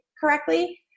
correctly